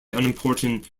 unimportant